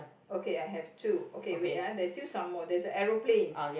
okay I have two okay wait ah there's still some more there is a aeroplane